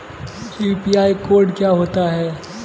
UPI code क्या होता है?